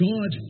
God